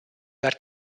that